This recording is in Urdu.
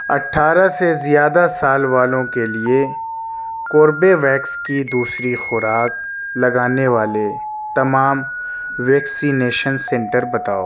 اٹھارہ سے زیادہ سال والوں کے لیے کوربےویکس کی دوسری خوراک لگانے والے تمام ویکسینیشن سنٹر بتاؤ